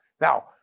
Now